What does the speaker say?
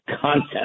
content